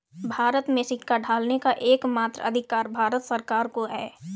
भारत में सिक्का ढालने का एकमात्र अधिकार भारत सरकार को है